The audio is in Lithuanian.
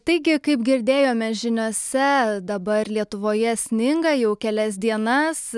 taigi kaip girdėjome žiniose dabar lietuvoje sninga jau kelias dienas